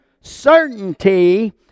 Certainty